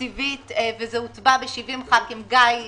תקציבית וזה הוצבע ב-70 ח"כים גיא,